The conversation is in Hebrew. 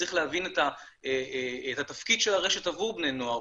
צריך להבין את התפקיד של הרשת עבור בני נוער,